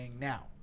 now